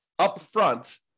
upfront